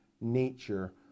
nature